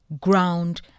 ground